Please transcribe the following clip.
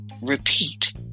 repeat